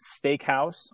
steakhouse